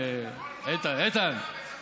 לאיתן.